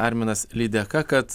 arminas lydeka kad